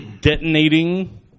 detonating